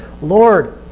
Lord